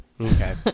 Okay